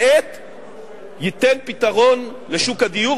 ייתן פתרון לשוק הדיור.